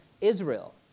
Israel